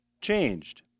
changed